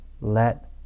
Let